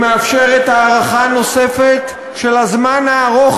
היא מאפשרת הארכה נוספת של הזמן הארוך